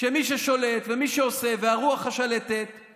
כשמי ששולט ומי שעושה והרוח השלטת היא